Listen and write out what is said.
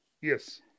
Yes